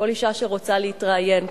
כל אשה שרוצה להתראיין,